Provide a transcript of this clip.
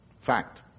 Fact